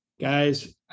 guys